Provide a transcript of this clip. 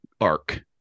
arc